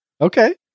Okay